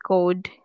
Code